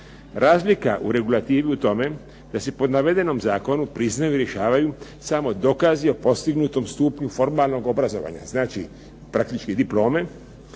Razlika u regulativi je u tome da se po navedenom zakonu priznaju i rješavaju samo dokazi o postignutom stupnju formalnog obrazovanja. Znači, praktički diplome